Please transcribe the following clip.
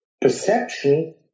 perception